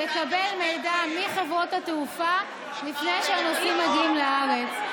לקבל מידע מחברות התעופה לפני שהנוסעים מגיעים לארץ.